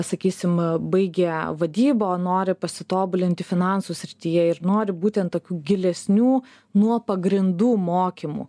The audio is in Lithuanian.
sakysim baigę vadybą nori pasitobulinti finansų srityje ir nori būtent tokių gilesnių nuo pagrindų mokymų